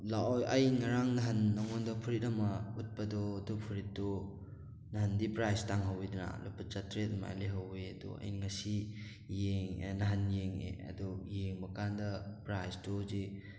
ꯂꯥꯛꯑꯣ ꯑꯩ ꯉꯔꯥꯡ ꯅꯍꯥꯟ ꯅꯉꯣꯟꯗ ꯐꯨꯔꯤꯠ ꯑꯃ ꯎꯠꯄꯗꯣ ꯑꯗꯨ ꯐꯨꯔꯤꯠꯇꯣ ꯅꯍꯥꯟꯗꯤ ꯄ꯭ꯔꯥꯏꯖ ꯇꯥꯡꯍꯧꯋꯤꯗꯅ ꯂꯨꯄꯥ ꯆꯥꯇ꯭ꯔꯦꯠ ꯑꯗꯨꯃꯥꯏ ꯂꯩꯍꯧꯋꯤ ꯑꯗꯣ ꯑꯩꯅ ꯉꯁꯤ ꯌꯦꯡꯉꯦ ꯅꯍꯥꯟ ꯌꯦꯉꯛꯑꯦ ꯑꯗꯣ ꯌꯦꯡꯕ ꯀꯥꯟꯗ ꯄ꯭ꯔꯥꯏꯖꯇꯨ ꯍꯧꯖꯤꯛ